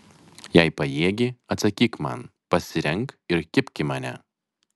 jei pajėgi atsakyk man pasirenk ir kibk į mane